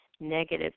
negative